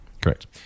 Correct